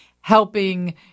helping